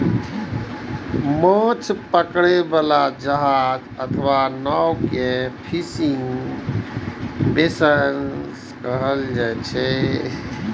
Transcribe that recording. माछ पकड़ै बला जहाज अथवा नाव कें फिशिंग वैसेल्स कहल जाइ छै